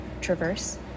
traverse